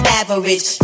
average